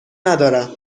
ندارم